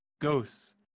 ghosts